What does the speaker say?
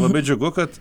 labai džiugu kad